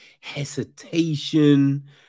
hesitation